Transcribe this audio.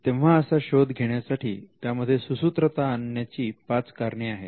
तेव्हा असा शोध घेण्यासाठी त्यामध्ये सुसूत्रता आणण्याची पाच कारणे आहेत